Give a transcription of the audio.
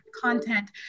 content